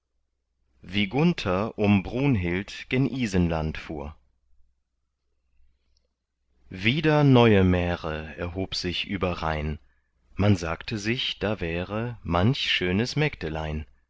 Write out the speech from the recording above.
wie gunther um brunhild gen isenland fuhr wieder neue märe erhob sich über rhein man sagte sich da wäre manch schönes mägdelein